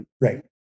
Right